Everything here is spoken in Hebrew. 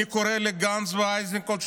אני קורא לגנץ ואיזנקוט,